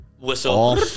Whistle